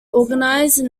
organized